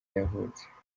yavutse